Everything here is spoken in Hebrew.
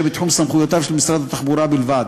בתחום סמכויותיו של משרד התחבורה בלבד,